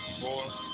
four